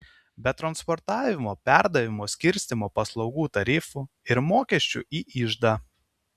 be transportavimo perdavimo skirstymo paslaugų tarifų ir mokesčių į iždą